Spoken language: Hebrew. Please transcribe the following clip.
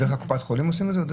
זה דרך קופת חולים עושים את זה?